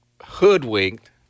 Hoodwinked